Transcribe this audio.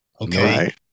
Okay